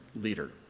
leader